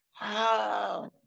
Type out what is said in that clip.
Wow